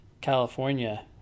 California